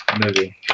movie